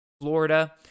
Florida